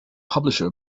publisher